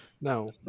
No